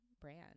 brand